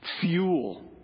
fuel